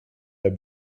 der